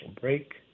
break